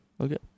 Okay